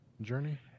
journey